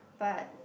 but